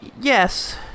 Yes